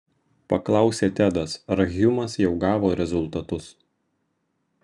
paklausė tedas ar hjumas jau gavo rezultatus